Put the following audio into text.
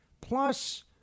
Plus